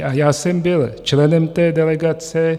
A já jsem byl členem té delegace.